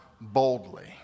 boldly